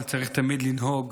צריך תמיד לנהוג